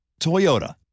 Toyota